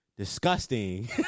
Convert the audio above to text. Disgusting